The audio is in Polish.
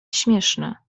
śmieszne